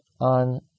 on